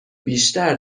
بیشتر